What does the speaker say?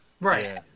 Right